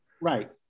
Right